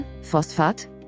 Phosphat